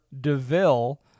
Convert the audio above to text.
DeVille